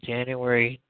January